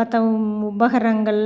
மத்த உபகரணங்கள்